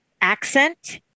accent